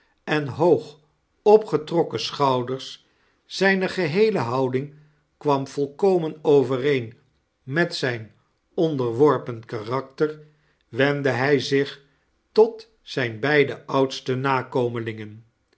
en hoog opgetrokken schouders zijne geheele houding kwam tolkomen overeen met zijn onderworpea karakter wendde hij zich tot zijn beide oudste nakomellngen